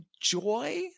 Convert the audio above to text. joy